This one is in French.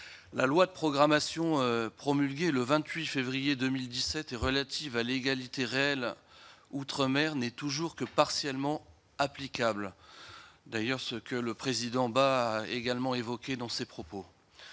la loi de programmation promulguée le 28 février 2017 et relative à l'égalité réelle outre- mer n'est toujours que partiellement applicable d'ailleurs ce que le président bat également évoqué dans ses propos,